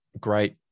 great